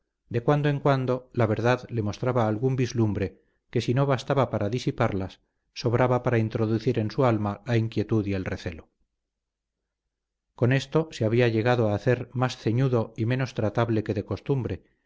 de cuando en cuando la verdad le mostraba algún vislumbre que si no bastaba para disiparlas sobraba para introducir en su alma la inquietud y el recelo con esto se había llegado a hacer más ceñudo y menos tratable que de costumbre